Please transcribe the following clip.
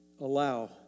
Allow